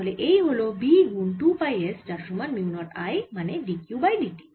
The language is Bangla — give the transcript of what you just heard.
তাহলে এই হল B গুন 2 পাই s যার সমান মিউ নট I মানে dQ বাই dt